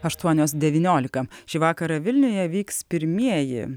aštuonios devyniolika šį vakarą vilniuje vyks pirmieji